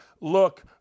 look